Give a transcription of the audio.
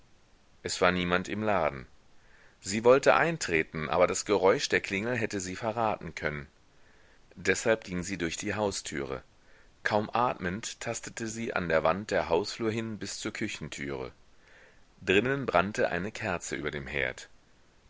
es war niemand im laden sie wollte eintreten aber das geräusch der klingel hätte sie verraten können deshalb ging sie durch die haustüre kaum atmend tastete sie an der wand der hausflur hin bis zur küchentüre drinnen brannte eine kerze über dem herd